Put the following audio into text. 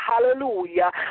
hallelujah